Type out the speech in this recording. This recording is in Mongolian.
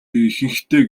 ихэнхдээ